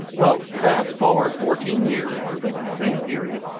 well, fast forward fourteen years. let's make it the same period.